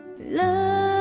love